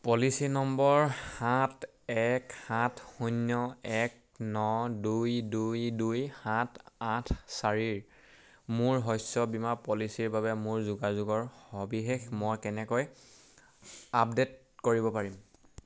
policy number সাত এক সাত শূন্য এক ন দুই দুই দুই সাত আঠ চাৰিৰ মোৰ শস্য বীমা পলিচীৰ বাবে মোৰ যোগাযোগৰ সবিশেষ মই কেনেকৈ আপডে'ট কৰিব পাৰিম